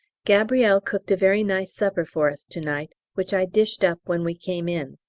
gabrielle cooked a very nice supper for us to-night which i dished up when we came in.